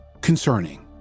concerning